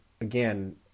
again